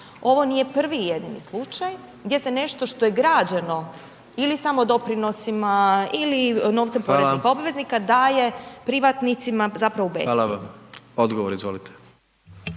ovo nije prvi i jedini slučaj, gdje se nešto što je građeno ili samo doprinosima ili novcem poreznih obveznika daje privatnicima, zapravo u bescjenje. **Jandroković,